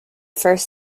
first